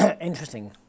Interesting